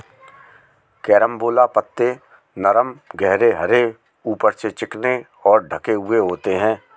carambola पत्ते नरम गहरे हरे ऊपर से चिकने और ढके हुए होते हैं